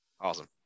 Awesome